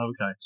Okay